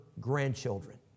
Grandchildren